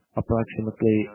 approximately